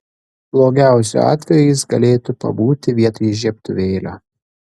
blogiausiu atveju jis galėtų pabūti vietoj žiebtuvėlio